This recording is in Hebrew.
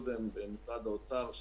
במשרד האוצר,